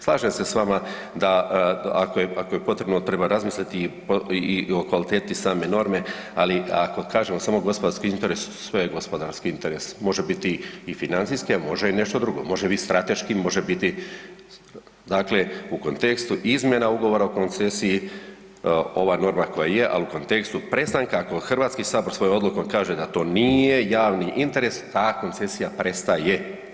Slažem se s vama ako je potrebno treba razmisliti i o kvaliteti same norme, ali ako kažemo samo gospodarski interes, sve je gospodarski interes, može biti i financijski, a može i nešto drugo, može biti strateški, može biti dakle u kontekstu izmjena ugovora o koncesiji ova norma koja je, ali u kontekstu prestanka, ako HS svojom odlukom kaže da to nije javni interes ta koncesija prestaje.